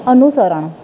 અનુસરણ